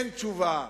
אין תשובה,